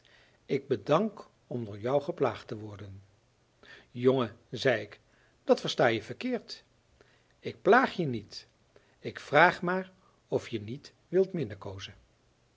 ik bedank om door jou geplaagd te worden jongen zei ik dat verstaje verkeerd ik plaag je niet ik vraag maar of je niet wilt